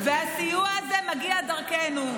והסיוע הזה מגיע דרכנו.